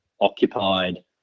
occupied